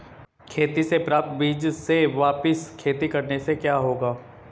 खेती से प्राप्त बीज से वापिस खेती करने से क्या होगा?